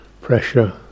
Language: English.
pressure